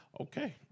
Okay